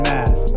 Mass